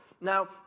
Now